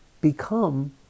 become